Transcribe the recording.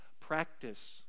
Practice